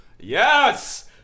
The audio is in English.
Yes